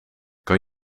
kan